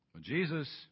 Jesus